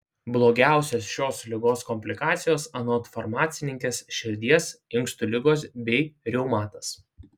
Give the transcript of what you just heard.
blogiausios šios ligos komplikacijos anot farmacininkės širdies inkstų ligos bei reumatas